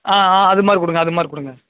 ஆ ஆ அது மாதிரி கொடுங்க அது மாதிரி கொடுங்க